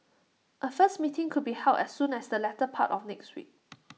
A first meeting could be held as soon as the latter part of next week